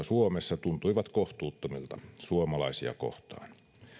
suomessa tuntuivat kohtuuttomilta suomalaisia kohtaan